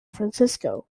francisco